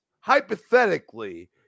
hypothetically